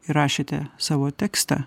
rašėte savo tekstą